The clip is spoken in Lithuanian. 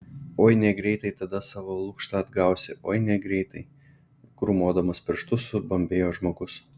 oi negreitai tada savo lukštą atgausi oi negreitai grūmodamas pirštu subambėjo žmogus